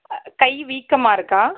கை வீக்கமாக இருக்கா